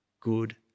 good